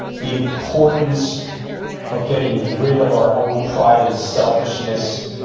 the importance of getting rid of our own pride and selfishness.